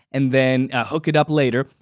and then hook it up later.